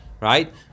Right